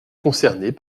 concernées